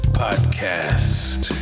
podcast